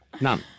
None